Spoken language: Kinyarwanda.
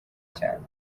cyane